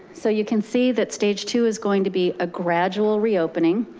so you can see that stage two is going to be a gradual reopening.